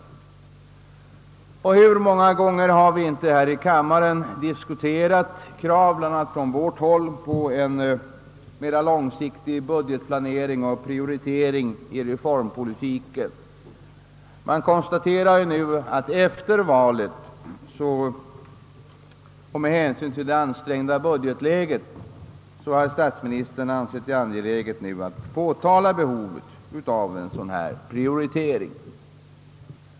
Hur många gånger har vi inte i denna kammare diskuterat krav från bl.a. vårt håll på en mera långsiktig budgetplanering och på en prioritering inom reformpolitiken. Man konstaterar nu att efter valet och med hänsyn till det ansträngda budgetläget statsministern ansett angeläget att påtala behovet av en sådan här prioritering.